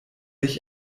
ich